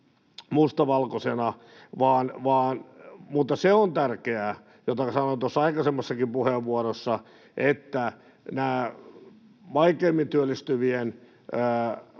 mustavalkoisena. Mutta se on tärkeää, jota sanoin tuossa aikaisemmassakin puheenvuorossa, että vaikeimmin työllistyvien